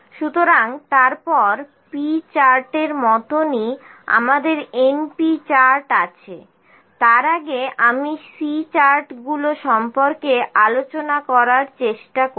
সুতরাং তারপর p চার্টের মতনই আমাদের np চার্ট আছে তার আগে আমি C চার্টগুলো সম্পর্কে আলোচনা করার চেষ্টা করব